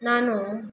ನಾನು